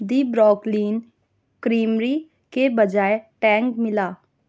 دی Brooklyn creamery کے بجائے Tang ملا